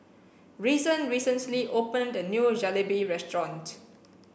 reason recently opened a new Jalebi restaurant